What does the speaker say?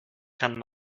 kann